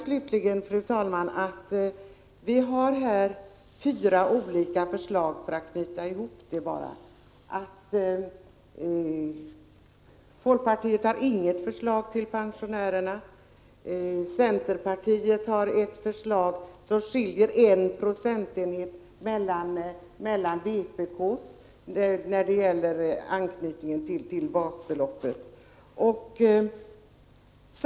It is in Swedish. Slutligen konstaterar jag för att knyta ihop det, fru talman, att vi här har fyra olika förslag. Folkpartiet har inget förslag till pensionärerna, och centern har ett förslag som med en procentenhet skiljer sig från vpk:s när det gäller anknytningen till basbeloppet.